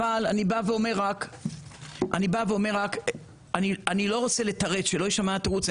אבל אני בא ואומר: אני לא רוצה לתרץ; שלא יישמע כמו תירוץ.